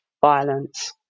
violence